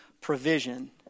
provision